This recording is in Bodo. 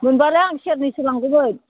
मोनबालाय आं सेरनैसो लांगौमोन